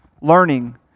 learning